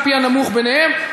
על-פי הנמוך ביניהם,